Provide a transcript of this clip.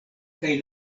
kaj